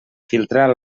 filtrar